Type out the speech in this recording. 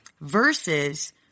versus